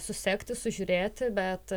susekti sužiūrėti bet